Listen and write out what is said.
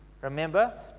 Remember